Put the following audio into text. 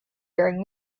during